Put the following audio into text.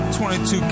22